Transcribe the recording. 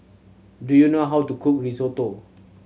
do you know how to cook Risotto